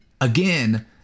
Again